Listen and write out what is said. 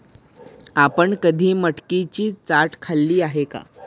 आपण कधी मटकीची चाट खाल्ली आहे का?